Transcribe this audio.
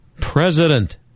president